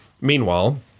Meanwhile